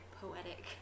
poetic